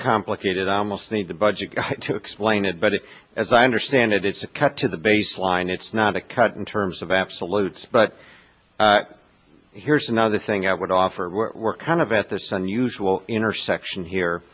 complicated i almost need the budget to explain it but as i understand it it's a cut to the baseline it's not a cut in terms of absolutes but here's another thing i would offer we're kind of at this unusual intersection here